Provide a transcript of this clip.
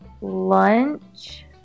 Lunch